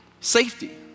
safety